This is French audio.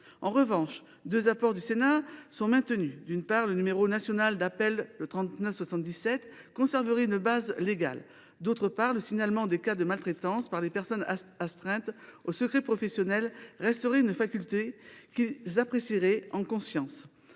En revanche, deux apports du Sénat sont maintenus. D’une part, le numéro national d’appel, le 39 77, conserverait une base légale. D’autre part, le signalement des cas de maltraitance par les personnes astreintes au secret professionnel resterait une faculté, qu’ils apprécieraient en conscience.